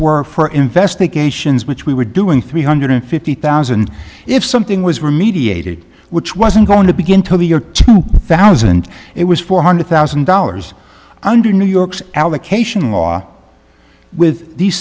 for investigations which we were doing three hundred fifty thousand if something was remediated which wasn't going to begin to the year two thousand it was four hundred thousand dollars under new york's allocation law with these